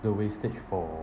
the wastage for~